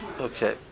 Okay